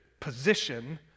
position